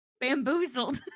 Bamboozled